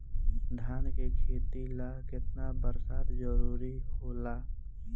धान के खेती ला केतना बरसात जरूरी होला?